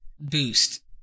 boost